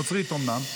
נוצרייה אומנם,